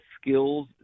skills